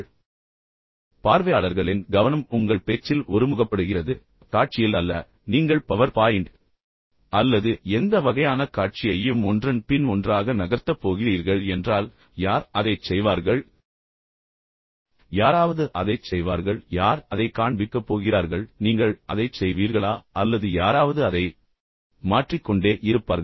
எனவே பார்வையாளர்களின் கவனம் உங்கள் பேச்சில் ஒருமுகப்படுகிறது காட்சியில் அல்ல நீங்கள் பவர் பாயிண்ட் அல்லது எந்த வகையான காட்சியையும் ஒன்றன் பின் ஒன்றாக நகர்த்தப் போகிறீர்கள் என்றால் யார் அதைச் செய்வார்கள் யாராவது அதைச் செய்வார்கள் யார் அதைக் காண்பிக்கப் போகிறார்கள் நீங்கள் அதைச் செய்வீர்களா அல்லது யாராவது அதை மாற்றிக் கொண்டே இருப்பார்கள்